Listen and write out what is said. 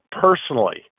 personally